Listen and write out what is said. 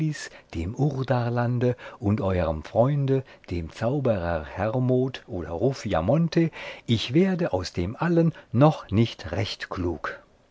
dem urdarlande und euerm freunde dem zauberer hermod oder ruffiamonte ich werde aus dem allem noch nicht recht klug